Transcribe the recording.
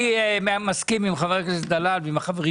אני מסכים עם חבר הכנסת דלל ועם החברים